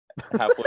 halfway